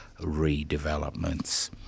redevelopments